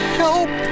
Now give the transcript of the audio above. help